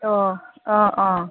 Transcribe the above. অঁ অঁ অঁ